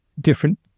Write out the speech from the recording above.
different